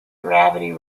gravity